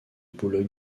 boulogne